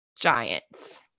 Giants